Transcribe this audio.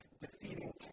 defeating